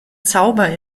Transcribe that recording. zauber